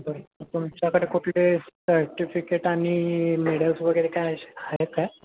बरं तुमच्याकडे कुठले सर्टिफिकेट आणि मेडल्स वगैरे काय असे आहेत का